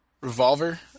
Revolver